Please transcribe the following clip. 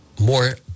more